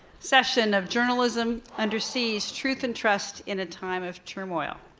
session of journalism under siege, truth and trust in a time of turmoil.